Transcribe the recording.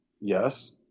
Yes